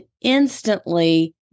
instantly